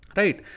right